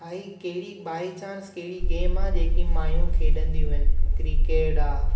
भाई कहिड़ी बाई चांस कहिड़ी गेम आहे जेकी मायूं खेॾंदियूं आहिनि क्रिकेड आहे